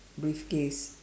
briefcase